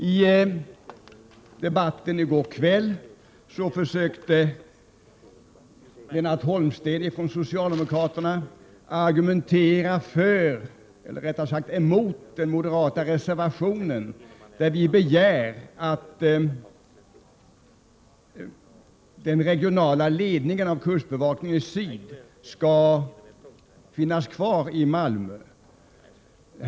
I debatten i går kväll försökte Lennart Holmsten, socialdemokraterna, argumentera emot den moderata reservationen, där vi begär att den 49 regionala ledningen av kustbevakningen syd skall finnas kvar i Malmö.